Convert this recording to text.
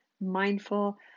mindful